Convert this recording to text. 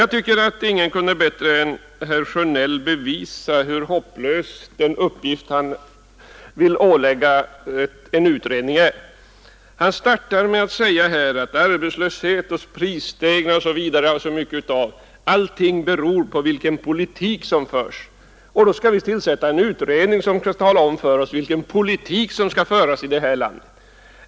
Jag tycker att ingen kunde bättre än herr Sjönell bevisa hur hopplös den uppgift är som han vill ålägga en utredning. Han börjar sitt anförande med att säga att arbetslöshet, prisstegringar osv. beror på vilken politik som förs. Han menar att vi skall tillsätta en utredning som skall tala om vilken politik som bör föras i detta land.